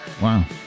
Wow